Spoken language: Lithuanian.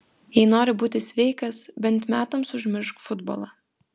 jei nori būti sveikas bent metams užmiršk futbolą